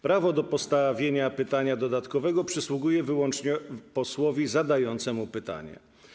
Prawo do postawienia pytania dodatkowego przysługuje wyłącznie posłowi zadającemu pytanie.